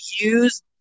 use